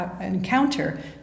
encounter